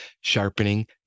sharpening